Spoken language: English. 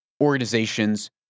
organizations